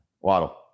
Waddle